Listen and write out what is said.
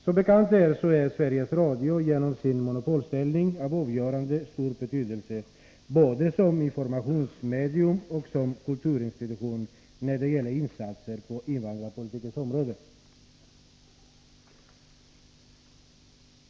Som bekant är Sveriges Radio genom sin monopolställning av avgörande betydelse både som informationsmedium och som kulturinstitution när det gäller insatser på invandrarpolitikens område.